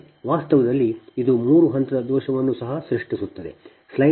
ವಾಸ್ತವದಲ್ಲಿ ಇದು ಮೂರು ಹಂತದ ದೋಷವನ್ನು ಸಹ ಸೃಷ್ಟಿಸುತ್ತದೆ ಸರಿ